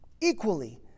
equally